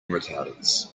retardants